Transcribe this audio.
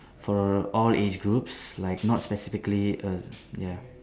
for all age groups like not specifically a ya